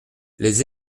les